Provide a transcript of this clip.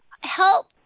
help